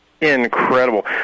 Incredible